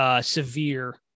severe